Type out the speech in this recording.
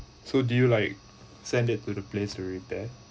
so do you like send it to the place to repair